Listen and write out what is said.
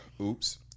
Oops